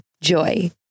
JOY